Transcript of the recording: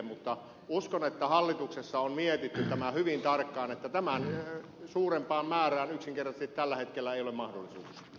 mutta uskon että hallituksessa on mietitty hyvin tarkkaan että tämän suurempaan määrään yksinkertaisesti tällä hetkellä ei ole mahdollisuuksia